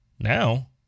Now